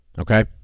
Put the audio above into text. Okay